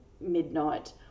midnight